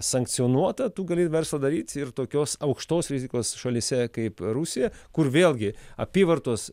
sankcionuota tu gali verslą daryt ir tokios aukštos rizikos šalyse kaip rusija kur vėlgi apyvartos